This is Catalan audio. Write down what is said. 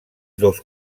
dos